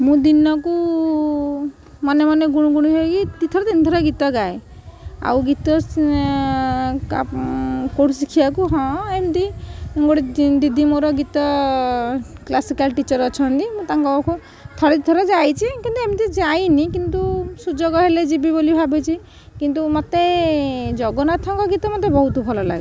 ମୁଁ ଦିନକୁ ମନେମନେ ଗୁଣୁଗୁଣୁ ହୋଇକି ଦୁଇଥର ତିନିଥର ଗୀତ ଗାଏ ଆଉ ଗୀତ କେଉଁଠୁ ଶିଖିବାକୁ ହଁ ଏମିତି ଗୋଟିଏ ଦିଦି ମୋର ଗୀତ କ୍ଲାସିକାଲ୍ ଟିଚର ଅଛନ୍ତି ମୁଁ ତାଙ୍କ ପାଖକୁ ଥରେ ଦୁଇଥର ଯାଇଛି କିନ୍ତୁ ଏମିତି ଯାଇନି କିନ୍ତୁ ସୁଯୋଗ ହେଲେ ଯିବି ବୋଲି ଭାବିଛି କିନ୍ତୁ ମତେ ଜଗନ୍ନାଥଙ୍କ ଗୀତ ମତେ ବହୁତ ଭଲ ଲାଗେ